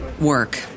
work